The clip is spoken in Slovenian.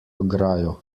ograjo